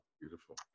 beautiful